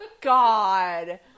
God